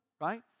right